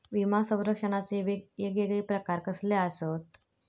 विमा सौरक्षणाचे येगयेगळे प्रकार कसले आसत?